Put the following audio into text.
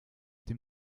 dem